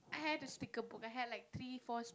I have a sticker book I had like three four